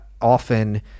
often